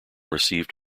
received